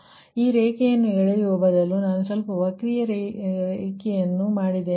ಆದ್ದರಿಂದ ಈ ರೇಖೇಯನ್ನು ಎಳೆಯುವ ಬದಲು ನಾನು ಸ್ವಲ್ಪ ವಕ್ರೀಯ ರೇಖೀಯನ್ನು ಮಾಡಿದ್ದೇನೆ